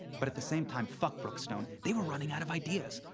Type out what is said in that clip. but at the same time, fuck brookstone. they were running out of ideas.